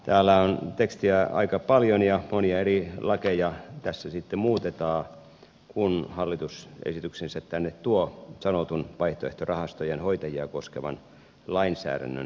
täällä on tekstiä aika paljon ja monia eri lakeja tässä sitten muutetaan kun hallitus esityksensä tänne tuo sanotun vaihtoehtorahastojen hoitajia koskevan lainsäädännön tekemiseksi oikeastaan